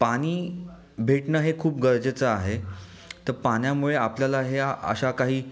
पाणी भेटणं हे खूप गरजेचं आहे तर पाण्यामुळे आपल्याला ह्या अशा काही